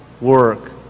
work